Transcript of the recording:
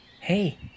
Hey